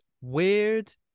weird